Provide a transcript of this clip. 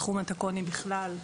התחום התקוני בכלל.